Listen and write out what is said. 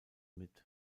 mit